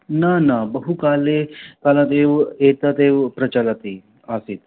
न न बहुकाले कालादेव एतदेव प्रचलत् आसीत्